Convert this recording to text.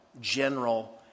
general